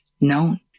known